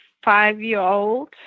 five-year-old